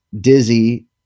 dizzy